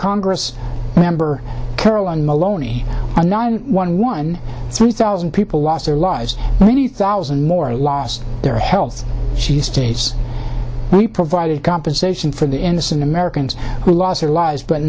congress member carolyn maloney and nine one one three thousand people lost their lives ninety thousand more lost their health she states we provided compensation for the innocent americans who lost their lives but